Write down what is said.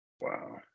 Wow